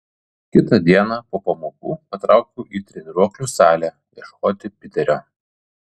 kitą dieną po pamokų patraukiau į treniruoklių salę ieškoti piterio